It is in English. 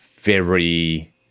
very-